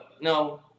no